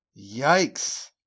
yikes